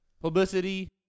publicity